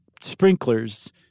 sprinklers